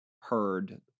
heard